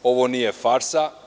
Ovo nije farsa.